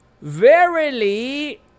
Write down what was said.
Verily